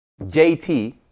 JT